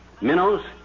minnows